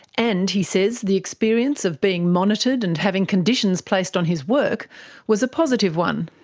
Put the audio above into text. and, he says, the experience of being monitored and having conditions placed on his work was a positive one.